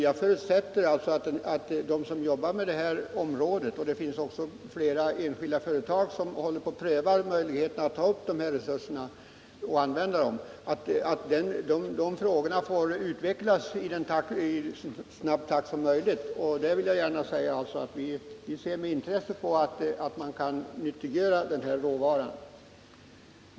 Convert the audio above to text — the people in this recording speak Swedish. Jag förutsätter emellertid att de som jobbar på detta område — det finns också flera enskilda företag som prövar möjligheterna att ta upp och använda dessa resurser — undersöker frågorna i så snabb takt som möjligt. Och jag vill gärna säga att vi har intresse för att man kan nyttiggöra den här råvaran.